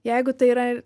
jeigu tai yra